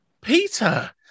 Peter